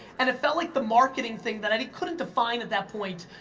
and it felt like the marketing thing that i couldn't define at that point,